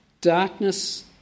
darkness